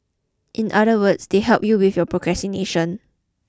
in other words they help you with your procrastination